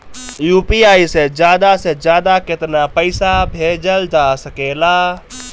UPI से ज्यादा से ज्यादा केतना पईसा भेजल जा सकेला?